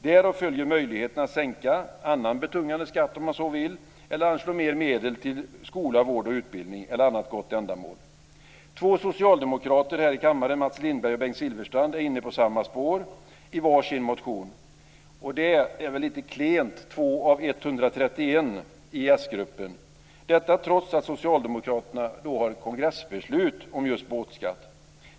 Därav följer möjligheten att sänka annan betungande skatt, om man så vill, eller att anslå medel till skola, vård och utbildning eller annat gott ändamål. Lindberg och Bengt Silfverstrand, är inne på samma spår i varsin motion. 2 av 131 i s-gruppen är väl lite klent; detta trots att socialdemokraterna har ett kongressbeslut om just båtskatt.